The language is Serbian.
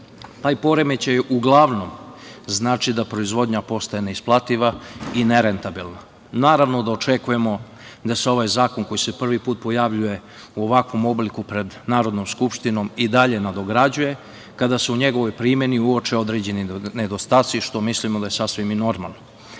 Taj poremećaj uglavnom znači da proizvodnja postaje neisplativa i nerentabilna. Naravno da očekujemo da se ovaj zakon, koji se prvi put pojavljuje u ovakvom obliku pred Narodnom skupštinom, i dalje nadograđuje kada se u njegovoj primeni uoče određeni nedostaci, što mislimo da je sasvim i normalno. Kada